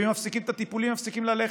ואם מפסיקים את הטיפולים, הם מפסיקים ללכת.